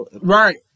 Right